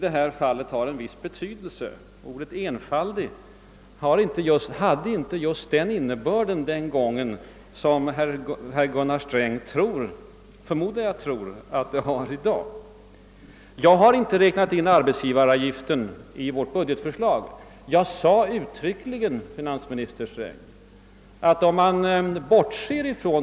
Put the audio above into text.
Ordet »enfaldig» hade nämligen inte samma innebörd tidigare som nu och inte den innebörd som Gunnar Sträng förmodligen tror. Jag har inte räknat in arbetsgivaravgiften i vårt budgetförslag. Jag upplyste uttryckligen om detta.